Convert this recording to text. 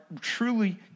truly